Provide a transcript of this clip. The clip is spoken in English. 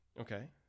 Okay